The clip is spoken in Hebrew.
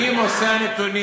אני מוסר נתונים.